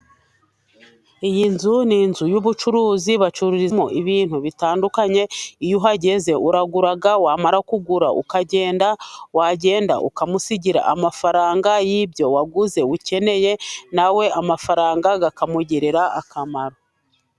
Iyi nzu ni inzu y'ubucuruzi, bacururizamo ibintu bitandukanye. Iyo uhageze uragura, wamara kugura ukagenda, wagenda ukamusigira amafaranga y'ibyo waguze ukeneye, na we amafaranga akamugirira akamaro.